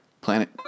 Planet